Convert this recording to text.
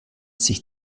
sich